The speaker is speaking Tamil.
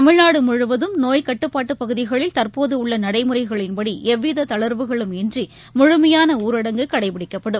தமிழ்நாடுமுழுவதும் நோய் கட்டுப்பாட்டுபகுதிகளில் தற்போதஉள்ளநடைமுறைகளின்படிஎவ்விததளர்வுகளும் இன்றிமுழுமையான்னரடங்கு கடைப்பிடிக்கப்படும்